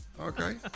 Okay